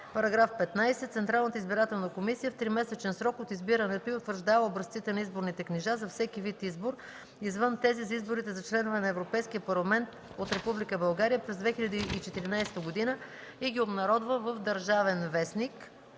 § 15: „§ 15. Централната избирателна комисия в тримесечен срок от избирането й утвърждава образците на изборните книжа за всеки вид избор, извън тези за изборите за членове на Европейския парламент от Република България през 2014 г. и ги обнародва в „Държавен вестник”.”